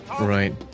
Right